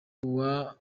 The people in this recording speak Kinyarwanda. uwa